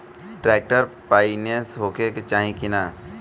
Tractor पाईनेस होखे के चाही कि ना?